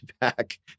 back